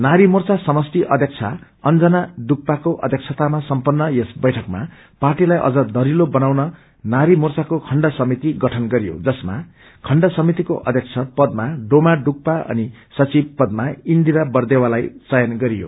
नारी मोर्चा समष्टि अध्यक्षा अंजना डुक्पाको अध्यक्षतामा सम्पन्न यस बैठकमा पार्टीलाई अझ दक्षिलो बनाउन नारी मोर्चाको खण्ड समिति गठन गरियो जसमा खण्ड समितिको अध्यक्ष पदामा डोमा डुक्पा अनि सचिव पदामा इन्दिरा वरदेवालाई चयन गरियो